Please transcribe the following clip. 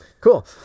Cool